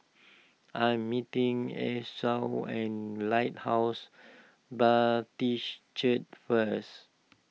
I am meeting Esau at Lighthouse Baptist Church first